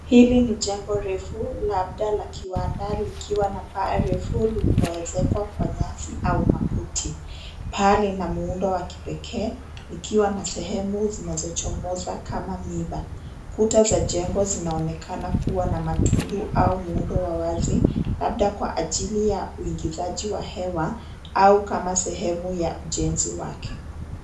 Hili ni jengo refu, labda la kiwanda, likiwa na paa refu lililoezekwa kwa nyasi au makuti. Paa lina muundo wa kipekee likiwa na sehemu zinazochomoza kama miba. Kuta za jengo zinaonekana kuwa na matundu au muundo wa wazi, labda kwa ajili ya uingizaji wa hewa au kama sehemu ya ujenzi wake.